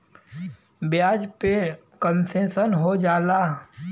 ब्याज पे कन्सेसन हो जाला